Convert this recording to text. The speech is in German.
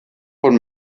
von